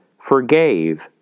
forgave